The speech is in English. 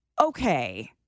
Okay